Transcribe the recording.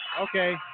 Okay